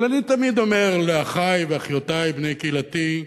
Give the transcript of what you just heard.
אבל אני תמיד אומר לאחי ואחיותי, בני קהילתי,